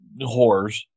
whores